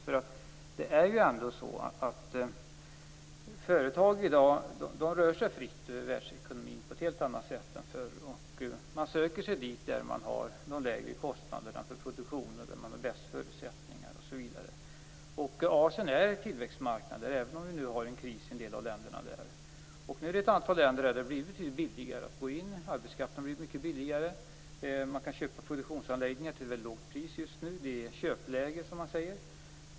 Företag rör sig i dag fritt över världsekonomin, på ett helt annat sätt än förr, och de söker sig dit där kostnaderna för produktion är lägre, där förutsättningarna är bäst osv. Asien är en tillväxtmarknad, även om det nu är en kris i en del av länderna där. I ett antal länder har det blivit betydligt billigare att gå in, och arbetskraften har blivit billigare. Man kan köpa produktionsanläggningar till mycket lågt pris just nu - det är köpläge, som man säger.